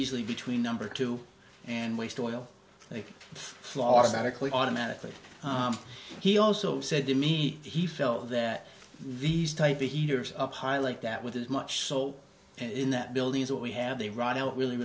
easily between number two and waste oil like florida clean automatically he also said to me he felt that these type b heaters up high like that with as much so in that building as what we have they run out really